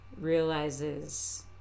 realizes